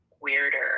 weirder